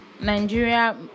nigeria